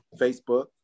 Facebook